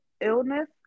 illness